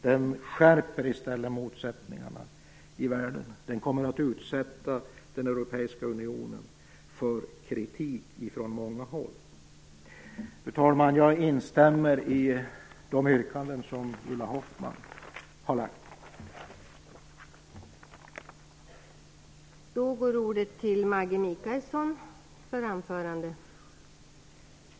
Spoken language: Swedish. Det skärper i stället motsättningarna i världen och kommer att utsätta den europeiska unionen för kritik från många håll. Fru talman! Jag instämmer i de yrkanden som Ulla Hoffmann har lagt fram.